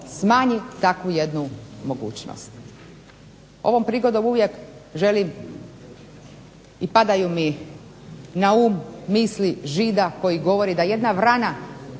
smanji takvu jednu mogućnost. Ovom prigodom uvijek želim i padaju mi na um misli žida koji govori da jedna vrana